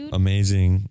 amazing